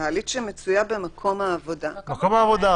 מעלית שמצויה במקום העבודה --- מקום העבודה.